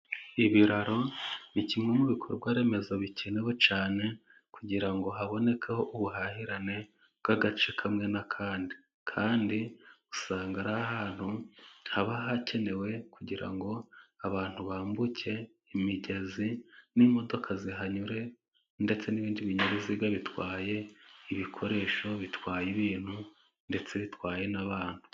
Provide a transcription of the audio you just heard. Ibiraro ni kimwe mu bikorwa remezo bikenewe cyane, kugira ngo haboneke ubuhahirane bw'agace kamwe n'akandi, kandi usanga ari ahantu haba hakenewe kugira ngo abantu bambuke imigezi n'imodoka zihanyure, ndetse n'ibindi binyabiziga bitwaye ibikoresho, bitwaye ibintu ndetse bitwaye n'abantu.